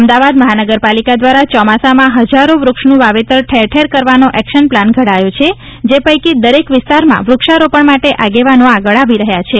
અમદાવાદ મહાનગરપાલિકા દ્વારા ચોમાસામાં હજારો વૃક્ષનું વાવેતર ઠેરઠેર કરવાનો એક્શન પ્લાન ઘડાયો છે જે પૈકી દરેક વિસ્તારમાં વૃક્ષારોપજ્ઞ માટે આગેવાનો આગળ આવી રહ્યા છે